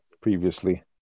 previously